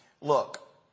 Look